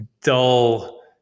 dull